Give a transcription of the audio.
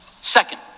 Second